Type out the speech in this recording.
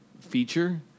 feature